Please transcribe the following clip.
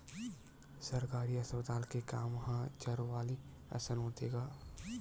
सरकारी अस्पताल के काम ह चारवाली असन होथे गा